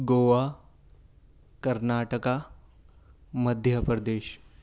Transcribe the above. Goa Karnataka Madhya Pradesh